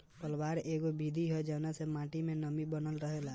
पलवार एगो विधि ह जवना से माटी मे नमी बनल रहेला